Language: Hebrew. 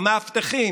המאבטחים,